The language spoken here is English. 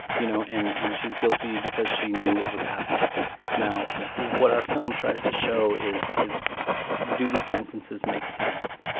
you know, and and she's guilty because she knew what was happening now, what our film tries to show is is do these sentences make sense?